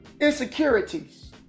insecurities